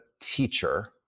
teacher